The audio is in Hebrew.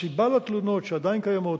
הסיבה לתלונות שעדיין קיימות,